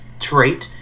trait